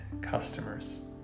customers